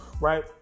right